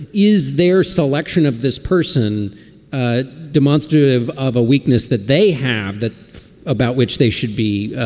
is there selection of this person ah demonstrative of a weakness that they have that about which they should be?